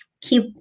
keep